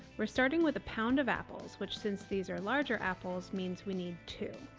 we're starting with a pound of apples, which since these are larger apples means we need two.